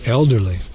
elderly